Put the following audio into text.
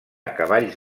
cavalls